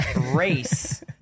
race